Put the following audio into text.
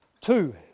Two